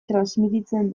transmititzen